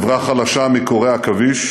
חברה חלשה מקורי עכביש